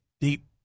deep